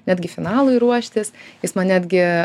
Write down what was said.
netgi finalui ruoštis jis man netgi